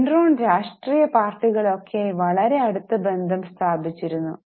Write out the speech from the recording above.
Enron രാഷ്ട്രീയ പാർട്ടികൾ ഒക്കെ ആയി വളരെ അടുത്ത ബന്ധം സ്ഥാപിച്ചിരുന്നു